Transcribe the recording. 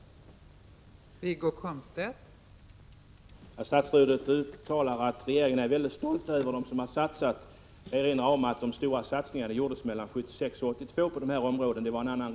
hindra giftspridning vid ogräsbekämpning i anslutning till flerfamiljshus